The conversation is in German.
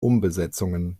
umbesetzungen